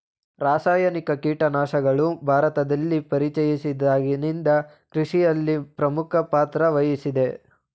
ರಾಸಾಯನಿಕ ಕೀಟನಾಶಕಗಳು ಭಾರತದಲ್ಲಿ ಪರಿಚಯಿಸಿದಾಗಿನಿಂದ ಕೃಷಿಯಲ್ಲಿ ಪ್ರಮುಖ ಪಾತ್ರ ವಹಿಸಿವೆ